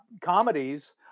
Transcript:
comedies